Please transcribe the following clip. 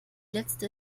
letzte